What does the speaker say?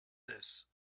this